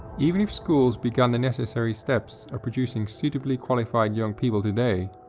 even if schools began the necessary steps of producing suitably qualified young people today,